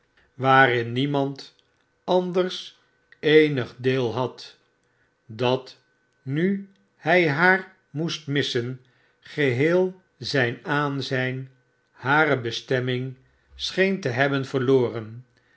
waarin niemand anders eenig deel had dat nu hij haar moest missen geheel zijn aanzijn hare bestemming scheen te hebben verloren